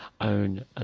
own